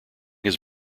his